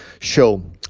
show